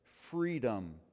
freedom